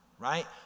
right